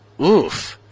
Oof